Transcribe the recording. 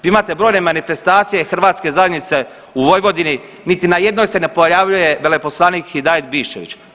Vi imate brojne manifestacije hrvatske zajednice u Vojvodini, niti na jednoj se ne pojavljuje veleposlanik Hidajet Biščević.